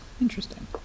Interesting